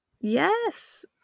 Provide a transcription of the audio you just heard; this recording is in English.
yes